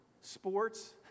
sports